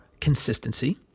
consistency